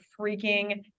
freaking